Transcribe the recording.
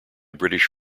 british